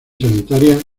sanitarias